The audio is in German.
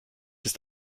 ist